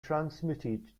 transmitted